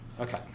Okay